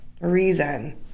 reason